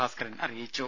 ഭാസ്കരൻ അറിയിച്ചു